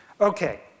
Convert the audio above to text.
Okay